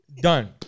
done